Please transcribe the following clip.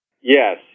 Yes